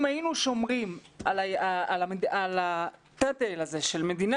אם היינו שומרים על הטייטל הזה של מדינה